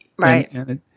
Right